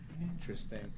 interesting